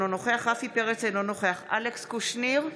אינו נוכח אלכס קושניר,